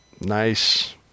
nice